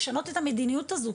את המדיניות הזו,